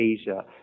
Asia